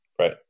Right